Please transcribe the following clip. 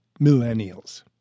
Millennials